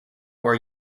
were